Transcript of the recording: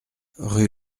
rue